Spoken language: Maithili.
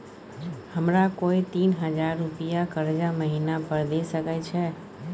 हमरा कोय तीन हजार रुपिया कर्जा महिना पर द सके छै?